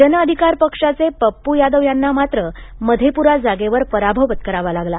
जन अधिकार पक्षाचे पप्पु यादव यांना मात्र मधेपुरा जागेवर पराभव पत्करावा लागला